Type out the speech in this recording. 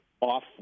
off